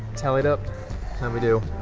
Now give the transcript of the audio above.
tallied up. how'd we do?